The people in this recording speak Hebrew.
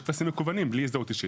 יש טפסים מקוונים בלי הזדהות אישית.